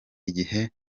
igihe